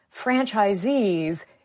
franchisees